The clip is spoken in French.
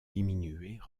diminuer